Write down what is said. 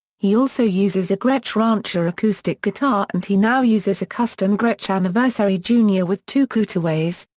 he also uses a gretsch rancher acoustic guitar and he now uses a custom gretsch anniversary jr. with two cutaways,